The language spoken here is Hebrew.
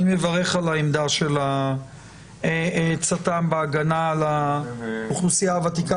אני מברך על העמדה של הצט"מ בהגנה על האוכלוסייה הוותיקה